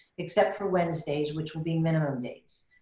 except for wednesdays, which will be minimum days.